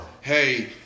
Hey